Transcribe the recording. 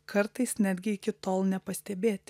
kartais netgi iki tol nepastebėti